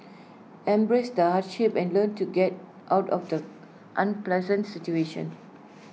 embrace the hardship and learn to get out of the unpleasant situation